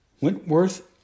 Wentworth